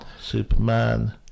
Superman